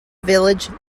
village